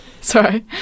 sorry